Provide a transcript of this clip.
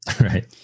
right